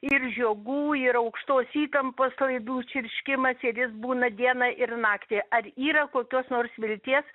ir žiogų ir aukštos įtampos laidų čirškimas ir jis būna dieną ir naktį ar yra kokios nors vilties